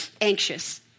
anxious